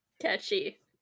Catchy